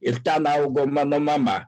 ir ten augo mano mama